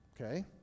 okay